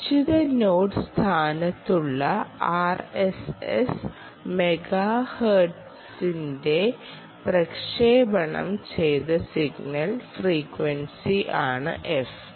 നിശ്ചിത നോഡ് സ്ഥാനത്തുള്ള ആർഎസ്എസ് മെഗാഹെർട്സിലെ പ്രക്ഷേപണം ചെയ്ത സിഗ്നൽ ഫ്രീക്വൻസി ആണ് f